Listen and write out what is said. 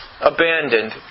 abandoned